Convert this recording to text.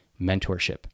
mentorship